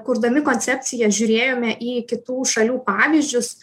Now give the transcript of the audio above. kurdami koncepciją žiūrėjome į kitų šalių pavyzdžius